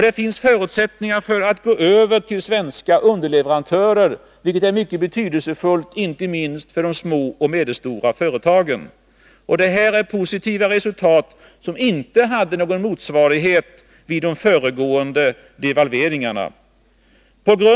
Det finns förutsättningar för att gå över till svenska underleverantörer, vilket är mycket betydelsefullt inte minst för de små och medelstora företagen. Detta är positiva resultat, som inte hade någon motsvarighet vid de föregående devalveringarna.